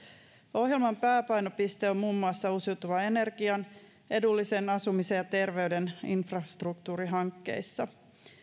ohjelman pääpainopiste on muun muassa uusiutuvan energian edullisen asumisen ja terveyden infrastruktuurihankkeissa